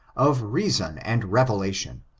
of reason and revelation,